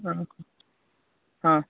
ହଁ ହଁ